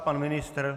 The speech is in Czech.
Pan ministr?